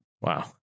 Wow